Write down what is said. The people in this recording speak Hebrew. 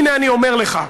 הינה, אני אומר לך.